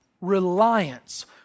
reliance